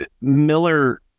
Miller